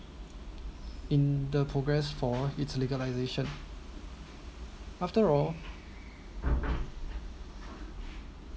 in the progress for its legalization after all